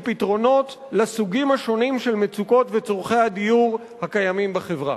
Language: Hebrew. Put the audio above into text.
פתרונות לסוגים השונים של המצוקות וצורכי הדיור הקיימים בחברה.